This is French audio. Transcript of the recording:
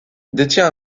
détient